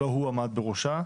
לא הוא עמד בראשה,